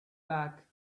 back